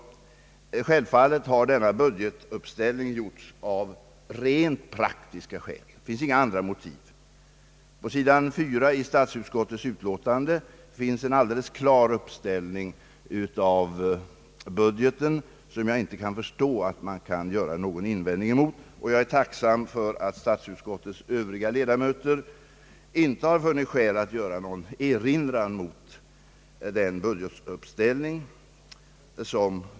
Detta har vi gjort för att det är mest praktiskt. Slår man upp s. 4 i statsutskottets utlåtande är budgeten där redovisad i en tabell som är mycket lättfattlig. Det är svårt att pedagogiskt klara ut vad som nu sker, men jag tror att den metod som jag här valt är den bästa. Jag är mycket tacksam för att statsutskottets övriga ledamöter inte funnit skäl att göra någon erinran mot denna budgetuppställning.